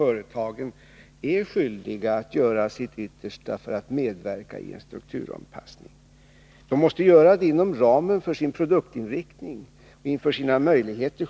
Företagen är skyldiga att göra sitt yttersta för att medverka till en strukturanpassning. De måste självfallet göra det inom ramen för sin produktinriktning och sina möjligheter.